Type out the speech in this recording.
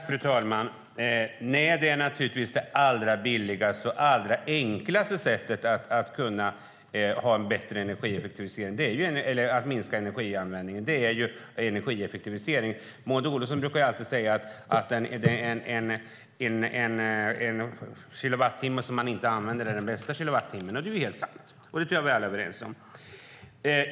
Fru talman! Det allra billigaste och allra enklaste sättet att minska energianvändningen är naturligtvis energieffektivisering. Maud Olofsson brukade alltid säga att en kilowattimme som man inte använder är den bästa kilowattimmen. Det är ju helt sant. Det tror jag att vi alla är överens om.